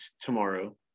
tomorrow